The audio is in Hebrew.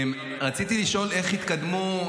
רציתי לשאול איך התקדמו,